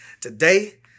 Today